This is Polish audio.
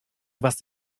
was